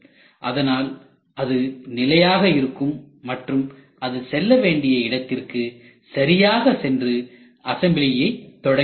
அதனால் அது நிலையாக இருக்கும் மற்றும் அது செல்ல வேண்டிய இடத்திற்கு சரியாக சென்று அசம்பிளியை தொடங்குகிறது